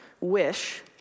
wish